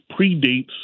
predates